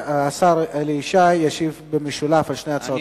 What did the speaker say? והשר אלי ישי ישיב במשולב על שתי הצעות החוק.